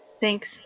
Thanks